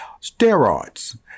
steroids